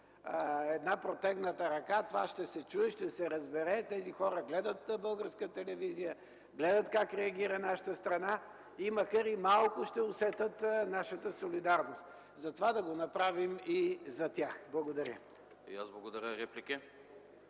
една протегната ръка. Това ще се чуе, ще се разбере, тези хора гледат българска телевизия, гледат как реагира нашата страна. Макар и малко, ще усетят нашата солидарност. Затова да го направим и за тях. Благодаря. ПРЕДСЕДАТЕЛ АНАСТАС